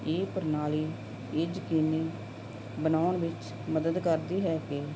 ਇਹ ਪ੍ਰਣਾਲੀ ਇਹ ਯਕੀਨੀ ਬਣਾਉਣ ਵਿੱਚ ਮਦਦ ਕਰਦੀ ਹੈ ਕਿ